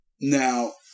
Now